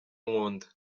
nkunda